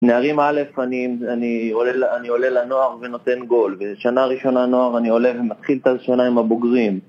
נערים א', אני עולה לנוער ונותן גול בשנה הראשונה נוער אני עולה ומתחיל את השנה עם הבוגרים